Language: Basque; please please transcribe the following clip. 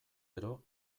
gero